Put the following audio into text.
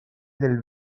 del